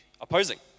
opposing